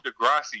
Degrassi